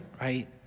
right